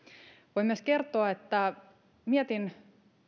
voin myös kertoa että mietin